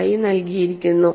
ആയി നൽകിയിരിക്കുന്നു